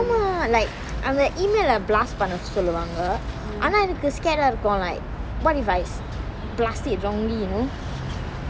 ஆமா:aama like அந்த:antha email ah blast பண்ண சொல்லுவாங்க ஆனா எனக்கு:panna solluvanga aana enakku scared ah இருக்கும்:irukkum like what you guys blasting you know